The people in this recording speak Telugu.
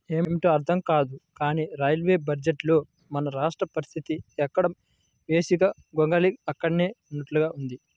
ఏమిటో అర్థం కాదు కానీ రైల్వే బడ్జెట్లో మన రాష్ట్ర పరిస్తితి ఎక్కడ వేసిన గొంగళి అక్కడే ఉన్నట్లుగా ఉంది